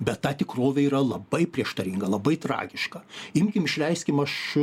bet ta tikrovė yra labai prieštaringa labai tragiška imkim išleiskim aš